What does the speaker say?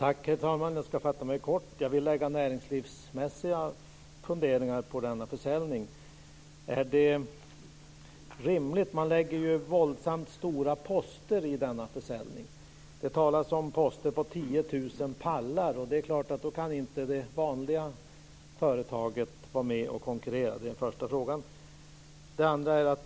Herr talman! Jag ska fatta mig kort. Jag vill lägga näringslivsmässiga funderingar på denna försäljning. Det läggs våldsamt stora poster i denna försäljning. Det talas om poster på 10 000 pallar. Då kan inte det vanliga företaget vara med och konkurrera. Är det rimligt?